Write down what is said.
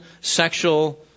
sexual